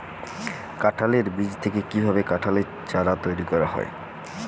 কাঁঠালের বীজ থেকে কীভাবে কাঁঠালের চারা তৈরি করা হয়?